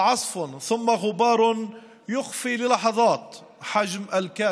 סערה ואז אבק שהסתיר לכמה רגעים את היקף